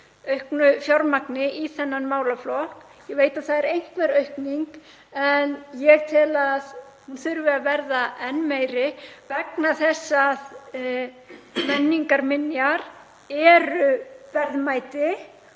auknu fjármagni í þennan málaflokk. Ég veit að það er einhver aukning en ég tel að hún þurfi að verða enn meiri vegna þess að menningarminjar eru verðmæti